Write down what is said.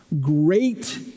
great